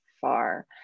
far